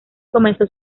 comenzó